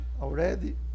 already